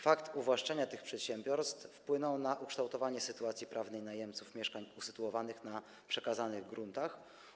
Fakt uwłaszczenia tych przedsiębiorstw wpłynął na ukształtowanie sytuacji prawnej najemców mieszkań usytuowanych na przekazanych gruntach.